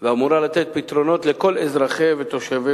ואמורה לתת פתרונות לכל אזרחי ותושבי